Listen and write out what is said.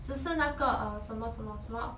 只是那个 uh 什么什么什么